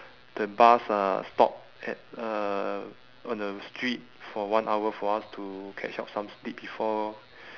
the bus uh stopped at uh on the street for one hour for us to catch up some sleep before